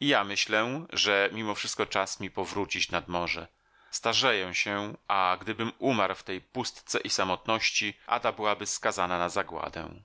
ja myślę że mimo wszystko czas mi powrócić nad morze starzeję się a gdybym umarł w tej pustce i samotności ada byłaby skazana na zagładę